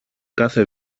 κάθε